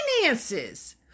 finances